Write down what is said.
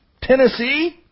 Tennessee